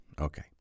Okay